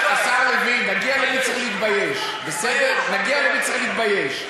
השר לוין, נגיע אל מי שצריך להתבייש.